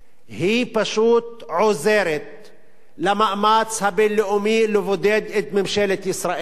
היא פשוט עוזרת למאמץ הבין-לאומי לבודד את ממשלת ישראל.